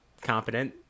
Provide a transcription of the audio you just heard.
confident